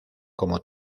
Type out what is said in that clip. como